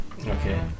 Okay